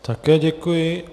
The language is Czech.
Také děkuji.